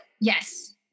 Yes